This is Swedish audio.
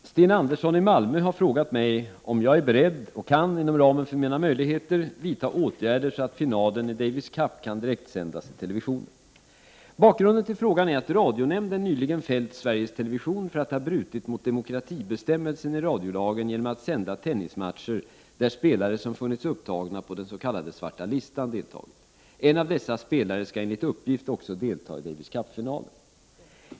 Fru talman! Sten Andersson i Malmö har frågat mig om jag är beredd och kan, inom ramen för mina möjligheter, vidta åtgärder så att finalen i Davis Cup kan direktsändas i televisionen. Bakgrunden till frågan är att radionämnden nyligen fällt Sveriges Television för att ha brutit mot demokratibestämmelsen i radiolagen genom att sända tennismatcher där spelare som funnits upptagna på den s.k. svarta listan deltagit. En av dessa spelare skall enligt uppgift också delta i Davis Cup-finalen.